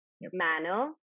manner